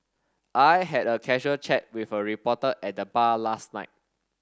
I had a casual chat with a reporter at the bar last night